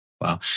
Wow